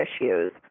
issues